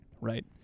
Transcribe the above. Right